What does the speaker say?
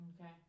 Okay